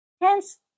Hence